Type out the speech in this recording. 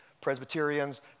Presbyterians